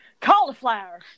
cauliflower